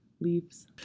leaves